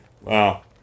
Wow